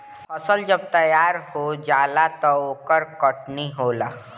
फसल जब तैयार हो जाला त ओकर कटनी होला